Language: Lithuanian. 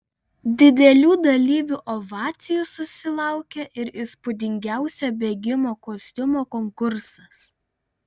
didelių dalyvių ovacijų susilaukė ir įspūdingiausio bėgimo kostiumo konkursas